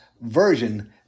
version